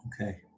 okay